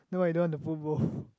no why you don't want to put both